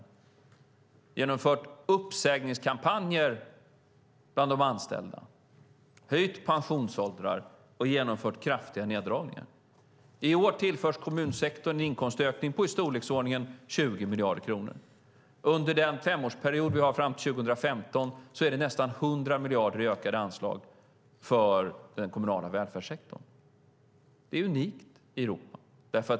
Man har genomfört uppsägningskampanjer bland de anställda, höjt pensionsåldrar och genomfört kraftiga neddragningar. I år tillförs kommunsektorn en inkomstökning på i storleksordningen 20 miljarder kronor. Under femårsperioden fram till 2015 är det nästan 100 miljarder i ökade anslag för den kommunala välfärdssektorn. Det är unikt i Europa.